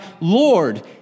Lord